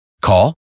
Call